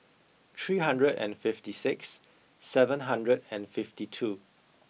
three hundred and fifty six seven hundred and fifty two